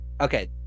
Okay